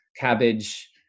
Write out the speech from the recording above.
cabbage